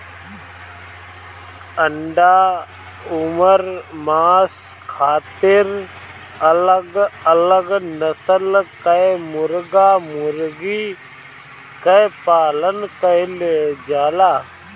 अंडा अउर मांस खातिर अलग अलग नसल कअ मुर्गा मुर्गी कअ पालन कइल जाला